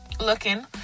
looking